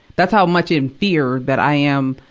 that's how much in fear that i am,